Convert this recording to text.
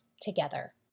together